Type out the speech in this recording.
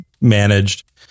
managed